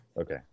Okay